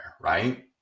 right